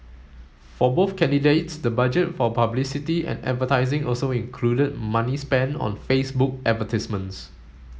for both candidates the budget for publicity and advertising also included money spent on Facebook advertisements